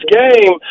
game